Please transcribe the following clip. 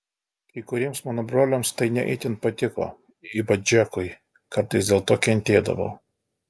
kai kuriems mano broliams tai ne itin patiko ypač džekui kartais dėl to kentėdavau